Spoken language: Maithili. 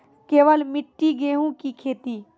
केवल मिट्टी गेहूँ की खेती?